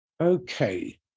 Okay